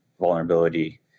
vulnerability